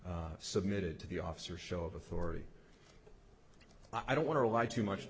submitted to the officer show of authority i don't want to lie too much